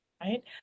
Right